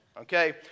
Okay